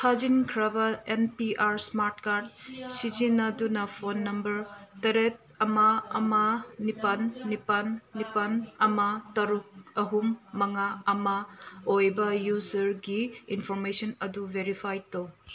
ꯊꯥꯖꯤꯟꯈ꯭ꯔꯕ N P R smart card ꯁꯤꯖꯤꯟꯅꯗꯨꯅ phone number ꯇꯔꯦꯠ ꯑꯃ ꯑꯃ ꯅꯤꯄꯥꯜ ꯅꯤꯄꯥꯜ ꯅꯤꯄꯥꯜ ꯑꯃ ꯇꯔꯨꯛ ꯑꯍꯨꯝ ꯃꯉꯥ ꯑꯃ ꯑꯣꯏꯕ ꯌꯨꯖꯔꯒꯤ ꯏꯟꯐꯣꯔꯃꯦꯁꯟ ꯑꯗꯨ ꯕꯦꯔꯤꯐꯥꯏ ꯇꯧ